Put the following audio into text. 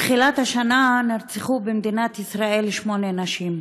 מתחילת השנה נרצחו במדינת ישראל שמונה נשים,